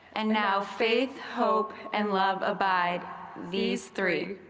and now, faith, hope and love abide these three.